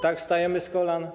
Tak wstajemy z kolan?